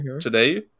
today